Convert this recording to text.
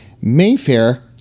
Mayfair